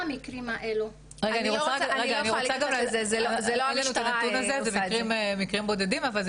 אני רוצה להוסיף לדבריה של יפעת.